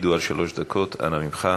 תקפידו על שלוש דקות, אנא ממך.